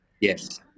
Yes